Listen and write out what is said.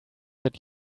that